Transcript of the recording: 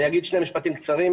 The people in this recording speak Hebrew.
אני אומר שני משפטים קצרים.